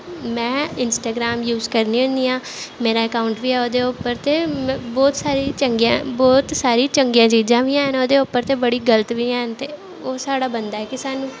में Instagram use करनी होन्नी आं मेरी अकाउंट बी ऐ ओह्दे उप्पर ते बोह्त सारी चंगियां बोह्त सारी चंगियां चीज़ां बी हैन ओह्दे उप्पर ते बड़ी गलत बी हैन ते ओह् साढ़ा बनदा ऐ कि सानूं